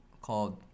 called